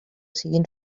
siguen